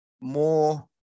more